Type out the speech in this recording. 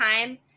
time